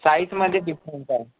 साईजमध्ये डिफरन्स आहे